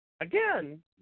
Again